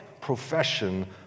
profession